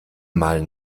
mal